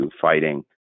fighting